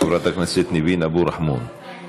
חברת הכנסת ניבין אבו רחמון.